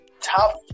Top